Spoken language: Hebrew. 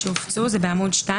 זה בעמ' 2